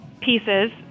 pieces